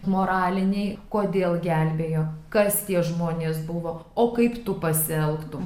moraliniai kodėl gelbėjo kas tie žmonės buvo o kaip tu pasielgtum